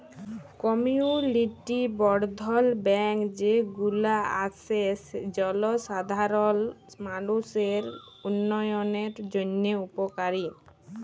community বর্ধল bank যে গুলা আসে জলসাধারল মালুষের উল্যয়নের জন্হে উপকারী